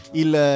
il